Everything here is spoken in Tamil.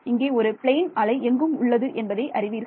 இங்கே ஒரு பிளைன் அலை எங்கும் உள்ளது என்பதை அறிவீர்கள்